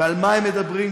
ועל מה הם מדברים,